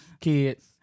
kids